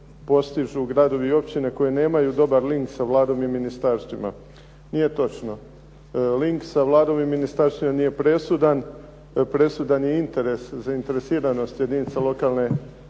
postižu … koji nemaju dobar link sa Vladom i ministarstvima. Nije točno. Link sa Vladom i ministarstvima nije presudan, presudan je interes, zainteresiranost jedinica lokalne